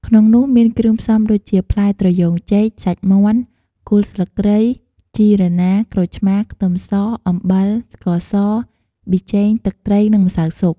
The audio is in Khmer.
ក្នុងនោះ មានគ្រឿងផ្សំដូចជា ផ្លែត្រយូងចេក សាច់មាន់ គល់ស្លឹកគ្រៃ ជីរណារ ក្រូចឆ្មា ខ្ទឹមស អំបិល ស្ករស ប៊ីចេង ទឹកត្រី និងម្សៅស៊ុប។